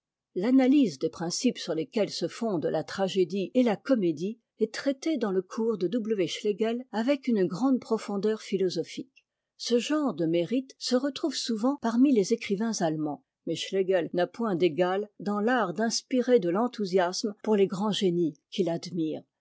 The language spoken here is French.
l'analyse des principes sur lesquels se fondent la tragédie et la comédie est traitée dans le cours de w schlegel avec une grande profondeur philosophique ce genre de mérite se retrouve souvent parmi tes écrivains allemands mais schlegel n'a point d'égal dans l'art d'inspirer de l'enthousiasme pour les grands génies qu'it admire